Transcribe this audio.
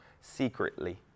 secretly